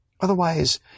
Otherwise